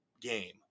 game